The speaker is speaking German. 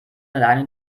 alleine